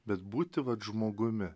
bet būti vat žmogumi